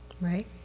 Right